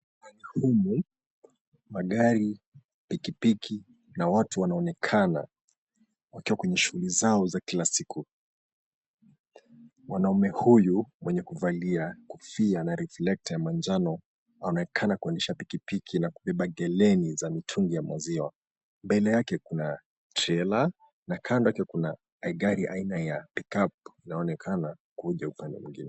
Humu magari, pikipiki watu wakionekana wakiwa kwenye shughuli zao kila siku. Mwanaume huyu mwenye kuvalia kofia na reflecter ya manjano waonekana kuendesha pikipiki na kubeba geleni za mitungi ya maziwa. Mbele yake kuna trela na kando yake kuna gari aina ya pikapu inaonekana kuja upande mwingine.